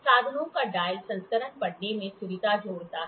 साधनों का डायल संस्करण पढ़ने में सुविधा जोड़ता है